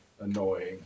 annoying